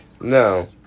No